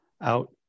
out